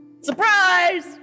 Surprise